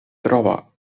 troba